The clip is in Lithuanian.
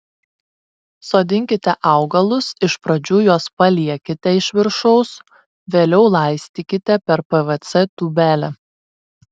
sodinkite augalus iš pradžių juos paliekite iš viršaus vėliau laistykite per pvc tūbelę